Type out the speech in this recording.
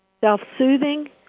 Self-soothing